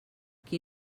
qui